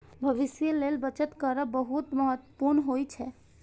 भविष्यक लेल बचत करब बहुत महत्वपूर्ण होइ छै